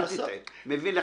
אל תטעה, מבין לחלוטין.